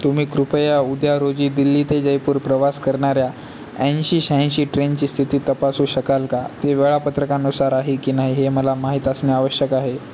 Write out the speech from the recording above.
तुम्ही कृपया उद्या रोजी दिल्ली ते जयपूर प्रवास करणाऱ्या ऐंशी शह्याऐंशी ट्रेनची स्थिती तपासू शकाल का ते वेळापत्रकानुसार आहे की नाही हे मला माहीत असणे आवश्यक आहे